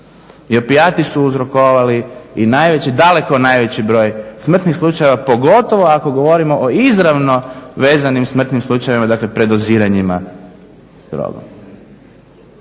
i opijati su uzrokovali i najveći, daleko najveći broj smrtnih slučajeva pogotovo ako govorimo o izravno vezanim smrtnim slučajevima, dakle predoziranjima drogom.